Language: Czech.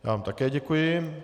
Já vám také děkuji.